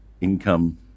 income